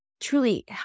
truly